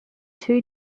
two